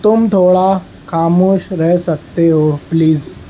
تم تھوڑا خاموش رہ سکتے ہو پلیز